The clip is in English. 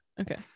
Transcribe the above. Okay